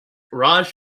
raj